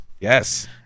Yes